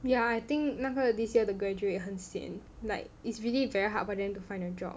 ya I think 那个 this year the graduate 很 sian like it's really very hard for them to find a job